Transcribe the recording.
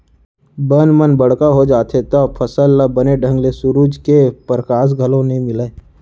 बन मन बड़का हो जाथें तव फसल ल बने ढंग ले सुरूज के परकास घलौ नइ मिलय